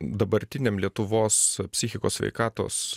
dabartiniam lietuvos psichikos sveikatos